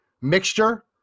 mixture